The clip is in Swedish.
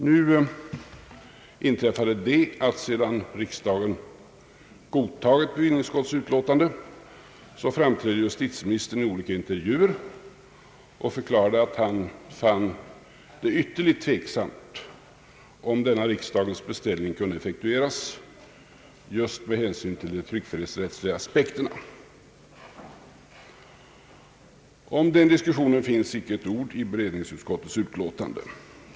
Nu inträffade det att justitieministern, sedan riksdagen godtagit bevillningsutskottets betänkande, framträdde vid olika intervjuer och förklarade att han funnit det ytterligt tveksamt, om denna riksdagens beställning skulle kunna effektueras just med hänsyn till de tryckfrihetsrättsliga aspekterna. Den diskussionen finns det inte ett ord om i beredningsutskottets utlåtande.